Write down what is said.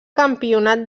campionat